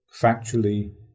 factually